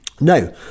No